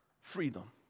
freedom